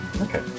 Okay